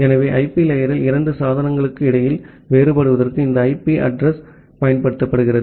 ஆகவே ஐபி லேயரில் இரண்டு சாதனங்களுக்கு இடையில் வேறுபடுவதற்கு இந்த ஐபி அட்ரஸ் யைப் பயன்படுத்துகிறோம்